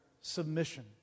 submission